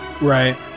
right